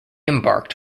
embarked